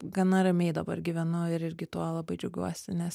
gana ramiai dabar gyvenu ir irgi tuo labai džiaugiuosi nes